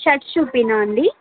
shirts చూపించనా అండి